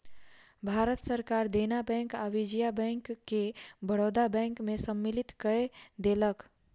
भारत सरकार देना बैंक आ विजया बैंक के बड़ौदा बैंक में सम्मलित कय देलक